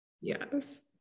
Yes